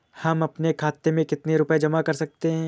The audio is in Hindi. हम अपने खाते में कितनी रूपए जमा कर सकते हैं?